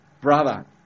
Brother